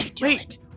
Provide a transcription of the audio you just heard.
Wait